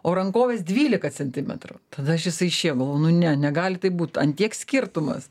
o rankoves dvylika centimetrų tada šisai išėjo galvoju nu ne negali taip būt ant tiek skirtumas